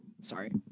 Sorry